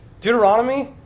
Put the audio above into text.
Deuteronomy